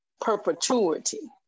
perpetuity